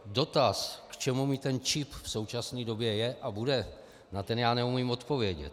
Dotaz, k čemu mi ten čip v současné době je a bude, na ten já neumím odpovědět.